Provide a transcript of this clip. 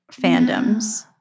fandoms